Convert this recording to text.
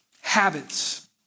habits